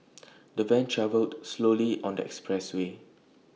the van travelled slowly on the expressway